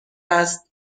است